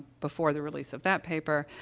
before the release of that paper,